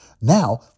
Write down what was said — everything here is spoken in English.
Now